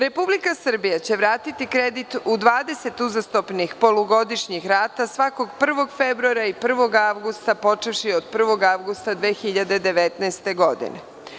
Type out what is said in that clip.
Republika Srbija će vratiti kredit u 20 uzastopnih polugodišnjih rata svakog 1. februara i 1. avgusta, a počevši od 1. avgusta 2019. godine.